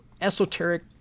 esoteric